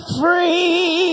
free